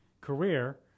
career